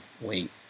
wait